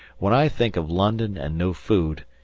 when i think of london and no food,